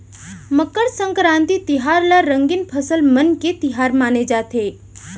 मकर संकरांति तिहार ल रंगीन फसल मन के तिहार माने जाथे